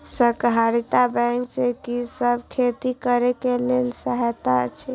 सहकारिता बैंक से कि सब खेती करे के लेल सहायता अछि?